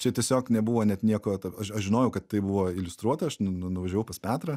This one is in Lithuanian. čia tiesiog nebuvo net nieko ta aš aš žinojau kad tai buvo iliustruota aš nu nuvažiavau pas petrą